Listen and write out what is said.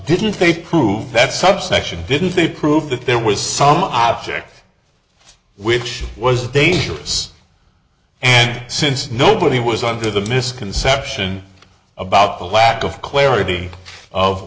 didn't they prove that subsection didn't they prove that there was some object which was dangerous since nobody was under the misconception about the lack of clarity of